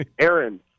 Aaron